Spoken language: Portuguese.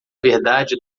verdade